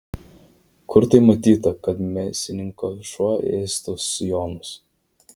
kur tai matyta kad mėsininko šuo ėstų sijonus